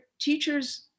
teachers